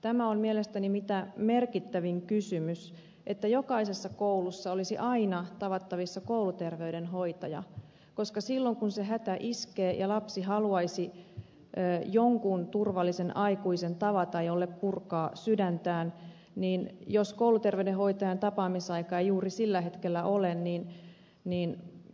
tämä on mielestäni mitä merkittävin kysymys että jokaisessa koulussa olisi aina tavattavissa kouluterveydenhoitaja koska jos silloin kun se hätä iskee ja lapsi haluaisi jonkun turvallisen aikuisen tavata jolle purkaa sydäntään kouluterveydenhoitajan tapaamisaikaa ei juuri sillä hetkellä ole